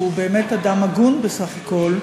שהוא באמת אדם הגון בסך הכול,